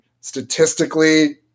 statistically